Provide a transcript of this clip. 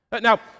Now